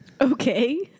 Okay